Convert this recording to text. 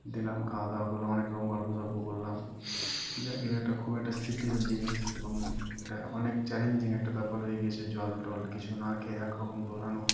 দিলাম খাওয়া দাওয়া করলাম অনেক রকম গল্পসল্প করলাম যাগ এটা খুব একটা স্মৃতির জিনিস এবং এটা অনেক চ্যালেঞ্জিং একটা ব্যাপার হয়ে গিয়েছে জল টল কিছু না খেয়ে একরকম দৌড়ানো